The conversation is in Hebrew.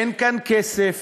אין כאן כסף,